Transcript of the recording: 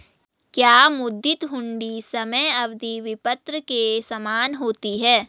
क्या मुद्दती हुंडी समय अवधि विपत्र के समान होती है?